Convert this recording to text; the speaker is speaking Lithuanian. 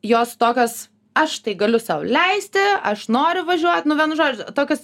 jos tokios aš tai galiu sau leisti aš noriu važiuot nu vienu žodžiu tokios